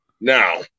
Now